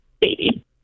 baby